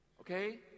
Okay